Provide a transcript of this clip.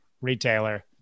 retailer